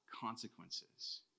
consequences